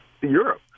Europe